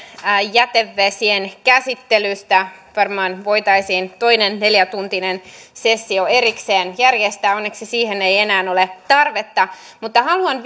jätevesien käsittelystä varmaan voitaisiin toinen neljätuntinen sessio erikseen järjestää onneksi siihen ei enää ole tarvetta haluan